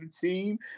team